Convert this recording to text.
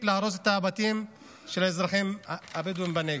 להרוס את הבתים של האזרחים הבדואים בנגב.